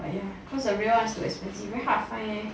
ya cause the real one is too expensive very hard to find eh